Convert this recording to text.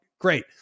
Great